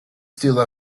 still